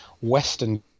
Western